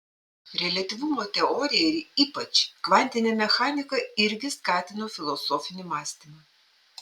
reliatyvumo teorija ir ypač kvantinė mechanika irgi skatino filosofinį mąstymą